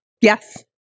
Yes